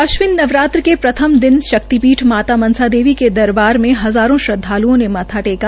अश्विन नवरात्र के प्रथ्म दिन शक्ति पीठ माता मनसा देवी के दरबार में हज़ारों श्रदवालुओं ने माथा टेका